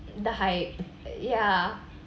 the hype ya